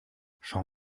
schau